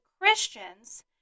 Christians